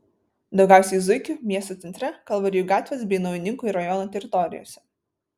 daugiausiai zuikių miesto centre kalvarijų gatvės bei naujininkų rajono teritorijose